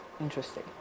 interesting